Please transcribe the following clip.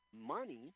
money –